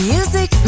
Music